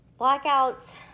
blackouts